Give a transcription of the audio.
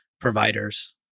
providers